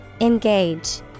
Engage